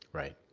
right.